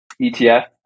ETF